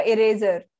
eraser